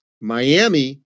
Miami